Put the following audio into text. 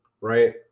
right